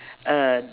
uh